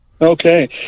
okay